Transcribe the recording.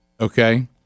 Okay